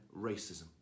racism